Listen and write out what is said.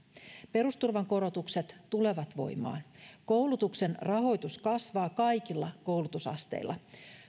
perusturvan korotukset tulevat voimaan koulutuksen rahoitus kasvaa kaikilla koulutusasteilla